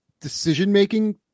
decision-making